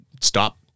stop